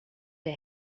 der